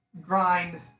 grind